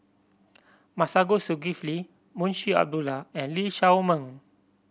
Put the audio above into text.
Masagos Zulkifli Munshi Abdullah and Lee Shao Meng